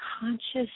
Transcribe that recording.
conscious